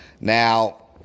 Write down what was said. Now